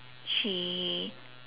she